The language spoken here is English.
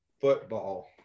football